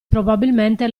probabilmente